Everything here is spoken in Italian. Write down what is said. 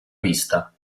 vista